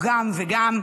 או גם וגם,